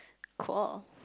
cool